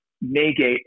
negate